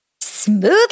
Smooth